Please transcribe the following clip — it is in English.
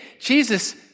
Jesus